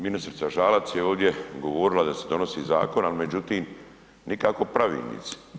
Ministrica Žalac je ovdje govorila da se donosi zakon, međutim nikako pravilnici.